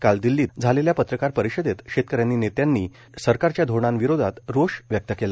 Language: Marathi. काल दिल्लीत झालेल्या पत्रकार परिषदेत शेतकरी नेत्यांनी सरकारच्या धोरणांविरोधात रोष व्यक्त केला